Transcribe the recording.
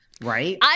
right